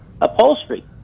upholstery